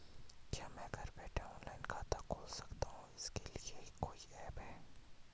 क्या मैं घर बैठे ऑनलाइन खाता खोल सकती हूँ इसके लिए कोई ऐप है?